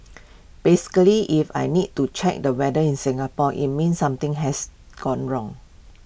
basically if I need to check the weather in Singapore IT means something has gone wrong